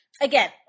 again